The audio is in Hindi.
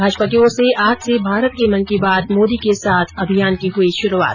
भाजपा की ओर से आज से भारत के मन की बात मोदी के साथ अभियान की हुई शुरूआत